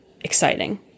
exciting